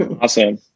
awesome